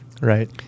Right